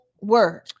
word